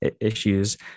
issues